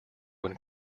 when